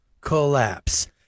collapse